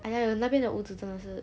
I didn't even know 那边的屋子真的是